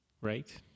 Right